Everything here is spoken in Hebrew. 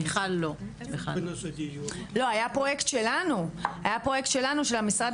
היה פרויקט שלנו של המשרד